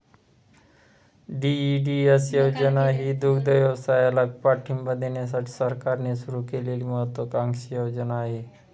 DEDS योजना ही दुग्धव्यवसायाला पाठिंबा देण्यासाठी सरकारने सुरू केलेली महत्त्वाकांक्षी योजना आहे